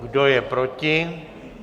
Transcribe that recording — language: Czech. Kdo je proti?